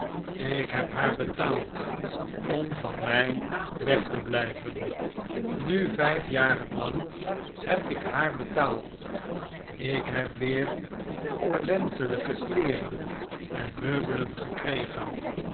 ik heb haar betaald om van mij weg te blijven nu vijf jaren lang heb ik haar betaald ik heb weer ordentelijke kleeren en meubelen gekregen